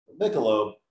Michelob